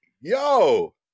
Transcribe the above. Yo